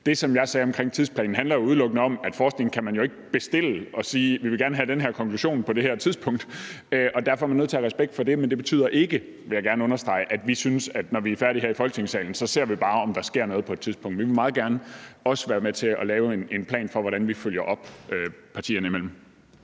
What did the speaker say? Det, som jeg sagde om tidsplanen, handler udelukkende om, at man jo ikke kan bestille forskning og sige, at man gerne vil have en bestemt konklusion på et bestemt tidspunkt. Det er vi nødt til at have respekt for, men det betyder ikke, vil jeg gerne understrege, at vi synes, at når vi er færdige her i Folketingssalen, ser vi bare, om der sker noget på et tidspunkt. Vi vil også meget gerne være med til at lave en plan for, hvordan vi følger op på det partierne imellem.